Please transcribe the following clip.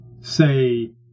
say